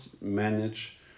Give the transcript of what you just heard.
manage